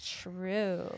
True